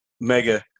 mega